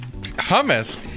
Hummus